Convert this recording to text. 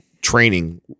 training